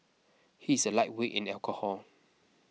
he is a lightweight in the alcohol